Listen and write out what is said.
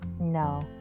No